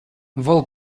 вӑл